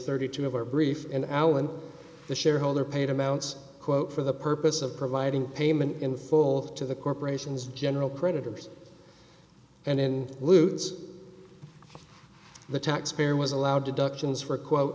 thirty two of our brief in allen the shareholder paid amounts quote for the purpose of providing payment in full to the corporation's general predators and in lute's the taxpayer was allowed to duck chains for quote